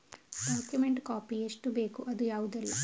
Document copy ಎಷ್ಟು ಬೇಕು ಅದು ಯಾವುದೆಲ್ಲ?